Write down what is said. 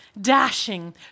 dashing